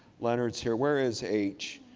leonard's here. where is h?